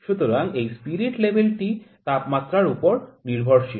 সুতরাং এই spirit level টি তাপমাত্রার উপর নির্ভরশীল